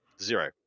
Zero